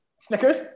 Snickers